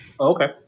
Okay